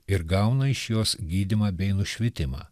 ir gauna iš jos gydymą bei nušvitimą